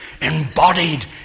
embodied